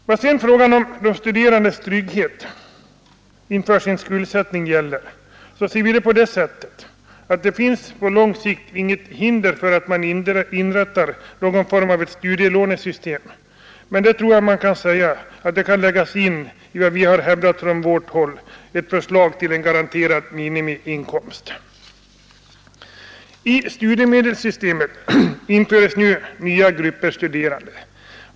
Beträffande frågan om de studerandes trygghet inför sin skuldsättning ser vi det på det sättet, att det på lång sikt inte finns något hinder för att man inför någon form av ett studielånesystem. Detta kan läggas in i förslaget till en garanterad minimiinkomst som vi fört fram från centern upprepade gånger. I studiemedelssystemet införes nu nya grupper studerande.